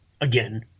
again